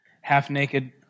half-naked